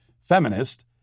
feminist